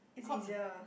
it's easier